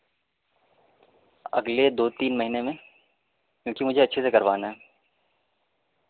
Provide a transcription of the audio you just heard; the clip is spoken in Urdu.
اگلے دو تین مہینے میں کیونکہ مجھے اچھے سے کروانا ہے